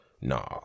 nah